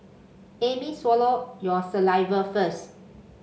amy swallow your saliva first